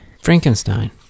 frankenstein